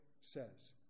says